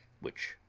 which,